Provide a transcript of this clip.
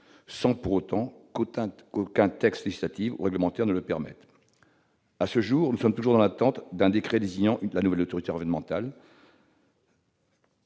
sans toutefois qu'un texte législatif ou réglementaire le permette. À ce jour, nous sommes toujours dans l'attente d'un décret désignant la nouvelle autorité environnementale.